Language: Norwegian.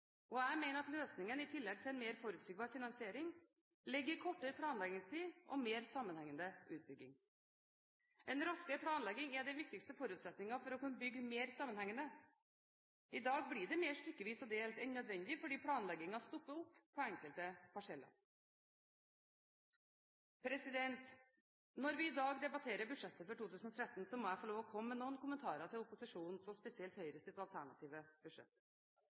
kollektivløsninger. Jeg mener at løsningen – i tillegg til en mer forutsigbar finansiering – ligger i kortere planleggingstid og mer sammenhengende utbygging. En raskere planlegging er den viktigste forutsetningen for å kunne bygge mer sammenhengende. I dag blir det mer stykkevis og delt enn nødvendig fordi planleggingen stopper opp på enkelte parseller. Når vi i dag debatterer budsjettet for 2013, må jeg få lov til å komme med noen kommentarer til opposisjonens og spesielt Høyres alternative budsjett.